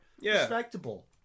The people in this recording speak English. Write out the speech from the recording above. respectable